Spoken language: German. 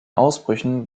ausbrüchen